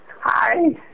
Hi